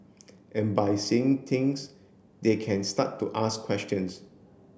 and by seeing things they can start to ask questions